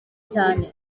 cyane